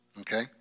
Okay